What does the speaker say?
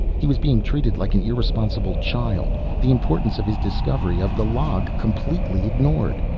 he was being treated like an irresponsible child, the importance of his discovery of the log completely ignored.